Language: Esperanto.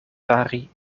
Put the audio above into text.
fari